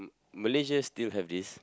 M~ Malaysia still have this